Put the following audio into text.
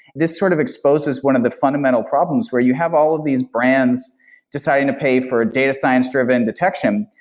this sort of exposes one of the fundamental problems where you have all of these brands deciding to pay for data science-driven detection,